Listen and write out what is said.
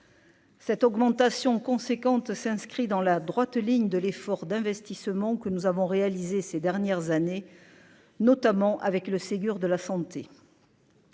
Cette augmentation conséquente s'inscrit dans la droite ligne de l'effort d'investissement que nous avons réalisé ces dernières années, notamment avec le Ségur de la santé.